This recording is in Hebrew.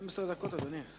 לרשותך, אדוני.